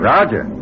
Roger